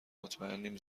مطمئنیم